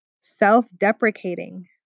self-deprecating